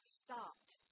stopped